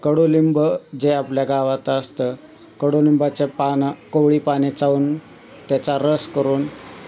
कडुलिंब जे आपल्या गावात असतं कडुलिंबाचे पानं कोवळी पाने चावून त्याचा रस करून